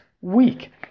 week